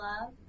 love